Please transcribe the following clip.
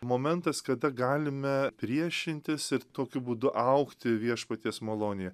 momentas kada galime priešintis ir tokiu būdu augti viešpaties malonė